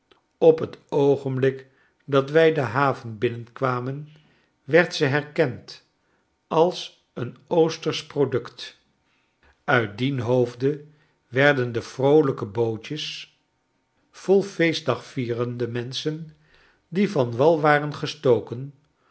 op het oogenblik dat wij de haven binnenkwamen werd ze herkend als een oostersch product hit dien hoofde werden de vroolijke boot jes vol feestdagvierende menschen die van wal waren gestoken